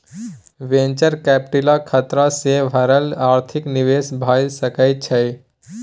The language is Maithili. वेन्चर कैपिटल खतरा सँ भरल आर्थिक निवेश भए सकइ छइ